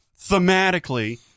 thematically